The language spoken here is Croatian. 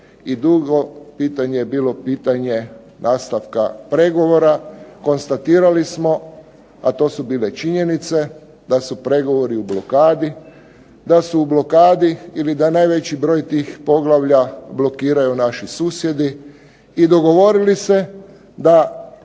pitanje je bilo pitanje nastavka pregovora. Konstatirali smo, a to su bile činjenice, da su pregovori u blokadi, da su u blokadi ili da najveći broj tih poglavlja blokiraju naši susjedi, i dogovorili se da